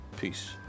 Peace